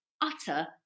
utter